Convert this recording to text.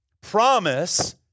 Promise